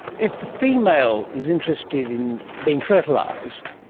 if the female is interested in being fertilised,